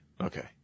Okay